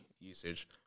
usage